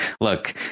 look